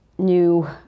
new